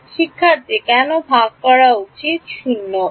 শিক্ষার্থী কেন ভাগ করা প্রান্তটি ভি 0 হবে